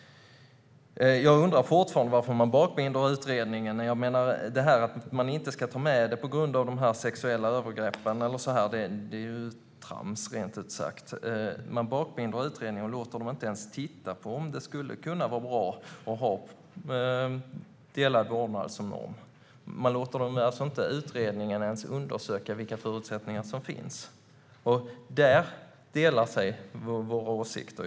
Jag undrar fortfarande varför man bakbinder utredningen. Att man inte ska ta med det på grund av det här med sexuella övergrepp är rent ut sagt trams. Man bakbinder utredningen och låter den inte ens titta på om det skulle kunna vara bra att ha delad vårdnad som norm. Man låter inte utredningen ens undersöka vilka förutsättningar som finns. Här delar sig våra åsikter.